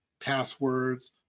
passwords